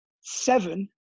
seven